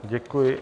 Děkuji.